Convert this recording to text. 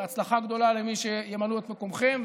הצלחה גדולה למי שימלאו את מקומכם,